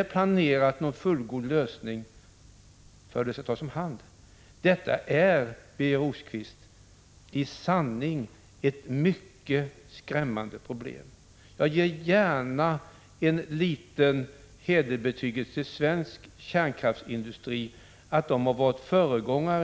i planeringen för hur avfallet skall tas om hand inte kommit fram till någon fullgod lösning. Detta är, Birger Rosqvist, i sanning ett mycket skrämmande problem. Jag ger gärna svensk kärnkraftsindustri en liten hedersbetygelse för att den i många avseenden har varit en föregångare.